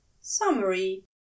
Summary